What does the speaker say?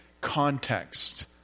context